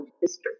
history